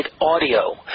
audio